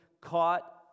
caught